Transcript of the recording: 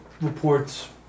reports